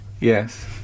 Yes